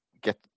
get